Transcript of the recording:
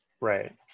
Right